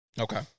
Okay